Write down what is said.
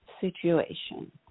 situation